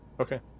Okay